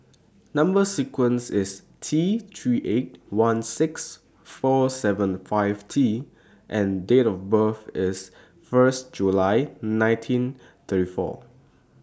Number sequence IS T three eight one six four seven five T and Date of birth IS First July nineteen thirty four